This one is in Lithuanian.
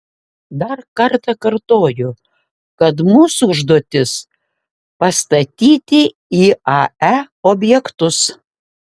dar kartą kartoju kad mūsų užduotis pastatyti iae objektus